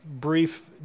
brief